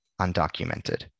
undocumented